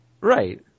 Right